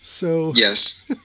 Yes